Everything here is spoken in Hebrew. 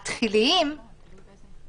במשרות התחיליות ואצל סטודנטים,